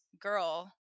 girl